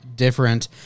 Different